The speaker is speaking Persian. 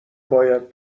باید